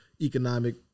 Economic